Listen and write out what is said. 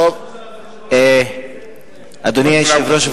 אדוני היושב-ראש,